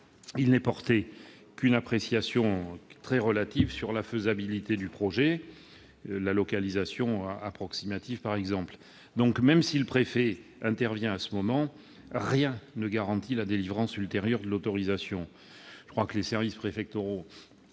il n'est porté qu'une appréciation très relative sur la faisabilité du projet- la localisation approximative, par exemple. Même si le préfet intervient à ce moment, rien ne garantit la délivrance ultérieure de l'autorisation. Les services préfectoraux